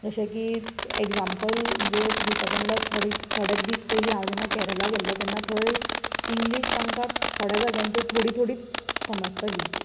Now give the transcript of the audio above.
जशें की ऍग्जांपल म्हणजें दिवपाचें म्हणल्यार थोडेच थोडेच दीस पयलीं हांव जेन्ना केरळा गेल्लें तेन्ना थंय इंग्लिश तांकां थोड्या जाग्यांचेर थोडी थोडीच समजताली